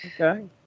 Okay